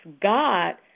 God